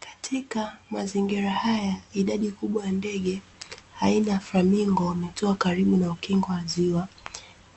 Katika mazingira haya idadi kubwa ya ndege aina ya Flamengo wametua karibu na ukingo wa ziwa,